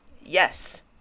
yes